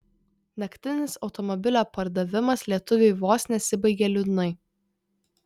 naktinis automobilio pardavimas lietuviui vos nesibaigė liūdnai